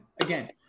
again